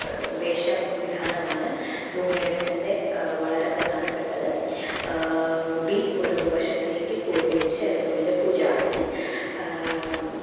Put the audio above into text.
വേഷം വിദാനമാണ് മോഹിനിയാട്ടത്തിന്റെ വളരെ പ്രധാനപ്പെട്ടത് മുടി ഒരുവശത്തേക്ക് കോതി വെച്ച് അതില് മുല്ലപ്പൂ ചാര്ത്തി